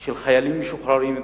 של חיילים דרוזים משוחררים,